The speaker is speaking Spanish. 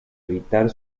evitar